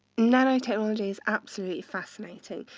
nanotechnology is absolutely fascinating.